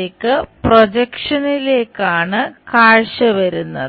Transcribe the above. വലതുവശത്തേക്ക് പ്രൊജക്ഷനിലേക്കാണ് കാഴ്ച വരുന്നത്